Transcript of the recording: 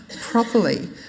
properly